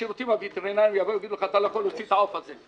השירותים הווטרינריים יבואו ויגידו לך שאתה לא יכול להוציא את העוף הזה.